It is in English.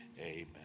amen